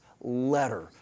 letter